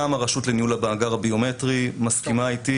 גם הרשות לניהול המאגר הביומטרי מסכימה איתי